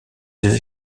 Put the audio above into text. des